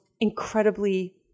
incredibly